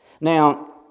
Now